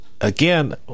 again